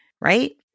Right